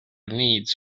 needs